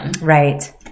Right